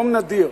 יום נדיר.